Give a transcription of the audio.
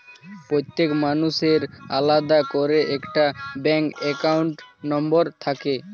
প্রত্যেক মানুষের আলাদা করে একটা ব্যাঙ্ক অ্যাকাউন্ট নম্বর থাকে